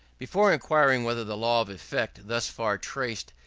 before inquiring whether the law of effect, thus far traced,